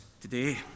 today